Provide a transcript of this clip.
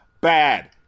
bad